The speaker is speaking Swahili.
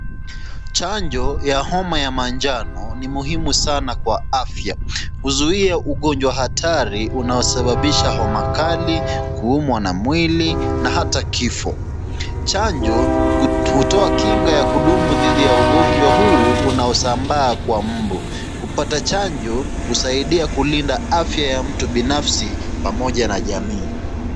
Chanjo ya homa ya manjano ni muhimu sana kwa afya. Huzuia ugonjwa hatari unaosababisha homa kali, kuumwa na mwili na hata kifo. Chanjo hutoa kinga ya kudumu dhidi ya ugonjwa huu, unaosambaa kwa mbu. Kupata chanjo husaidia kulinda afya ya mtu binafsi pamoja na jamii.